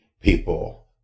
people